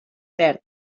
perd